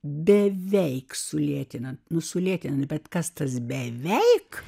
beveik sulėtinant nu sulėtinti bet kas tas beveik